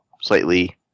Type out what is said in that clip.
slightly